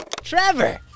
Trevor